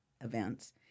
events